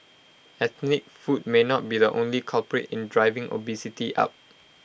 ethnic food may not be the only culprit in driving obesity up